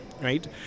Right